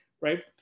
right